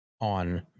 on